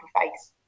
face